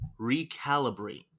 recalibrate